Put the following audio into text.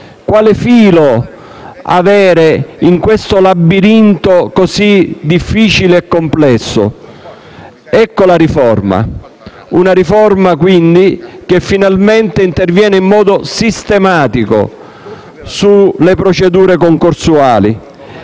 Quale filo tenere in questo labirinto difficile e complesso? Ed ecco la riforma: una riforma che finalmente interviene in modo sistematico sulle procedure concorsuali